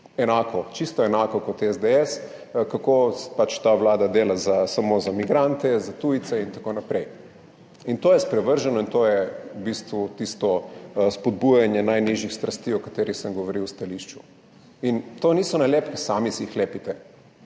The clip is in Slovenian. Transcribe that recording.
enako, čisto enako kot SDS, kako ta vlada dela samo za migrante, za tujce in tako naprej. To je sprevrženo in to je v bistvu tisto spodbujanje najnižjih strasti, o katerih sem govoril v stališču. To niso nalepke, sami si jih lepite